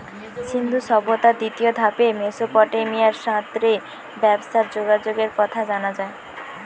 সিন্ধু সভ্যতার দ্বিতীয় ধাপে মেসোপটেমিয়ার সাথ রে ব্যবসার যোগাযোগের কথা জানা যায়